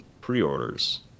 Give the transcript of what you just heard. pre-orders